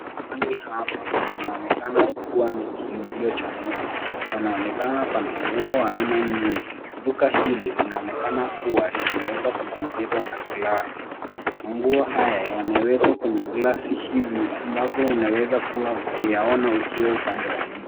Mahali hapa panaonekana kuwa ni kiuzio cha nguo, panaonekana pana nguo aina nyingi. Duka hili linaonekana kuwa limeweza kuzingirwa na glasi. Manguo haya yamewekwa kwenye glasi hizi ambapo unaweza kuwa kuyaona ukiwa upande wa nje.